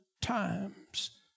times